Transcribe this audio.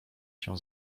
się